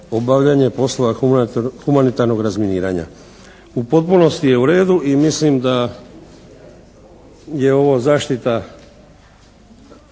obavljanje poslova humanitarnog razminiranja. U potpunosti je u redu i mislim da je ovo zaštita